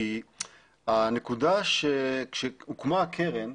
כשהוקמה הקרן,